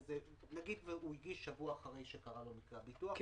הוא הגיש שבוע אחרי שקרה לו מקרה הביטוח,